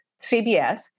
CBS